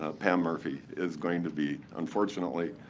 ah pam murphy, is going to be unfortunately